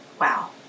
Wow